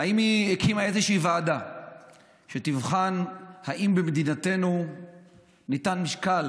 האם היא הקימה איזושהי ועדה שתבחן אם במדינתנו ניתן משקל